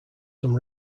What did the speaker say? some